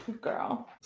girl